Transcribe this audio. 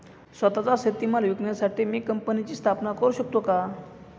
स्वत:चा शेतीमाल विकण्यासाठी मी कंपनीची स्थापना करु शकतो का?